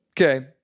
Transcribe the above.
Okay